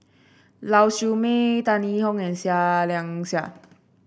Lau Siew Mei Tan Yee Hong and Seah Liang Seah